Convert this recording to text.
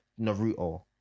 Naruto